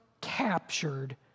captured